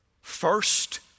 First